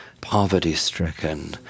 poverty-stricken